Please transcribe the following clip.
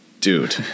dude